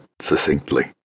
succinctly